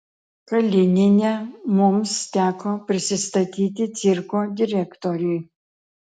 kalinine mums teko prisistatyti cirko direktoriui